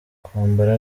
kwambara